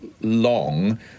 long